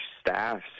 staffs